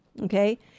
okay